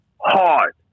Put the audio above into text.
hard